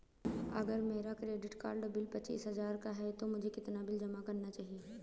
अगर मेरा credit card bill पच्चीस हजार का है तो मुझे कितना बिल जमा करना चाहिए?